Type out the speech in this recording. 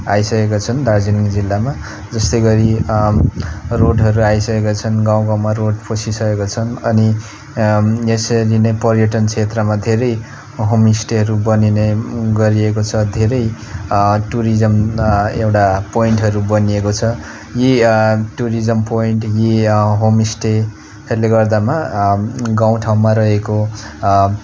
आइसकेका छन् दार्जिलिङ जिल्लामा जस्तै गरी रोडहरू आइसकेका छन् गाउँ गाउँमा रोड पसिसकेका छन् अनि यसरी नै पर्यटन क्षेत्रमा धेरै होमस्टेहरू बनिने गरिएको छ धेरै टुरिज्म एउटा प्वाइन्टहरू बनिएको छ यी टुरिज्म प्वाइन्ट यी होमस्टेहरूले गर्दामा गाउँ ठाउँमा रहेको